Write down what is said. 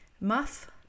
Muff